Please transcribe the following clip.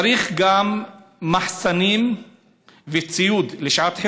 צריך גם מחסנים וציוד לשעת חירום.